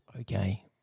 Okay